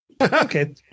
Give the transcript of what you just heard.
Okay